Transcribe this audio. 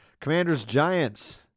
Commanders-Giants